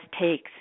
takes